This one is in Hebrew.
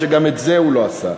או שגם את זה הוא לא עשה?